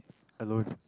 alone